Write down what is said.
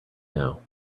now